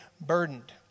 burdened